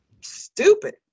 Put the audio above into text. stupid